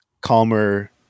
calmer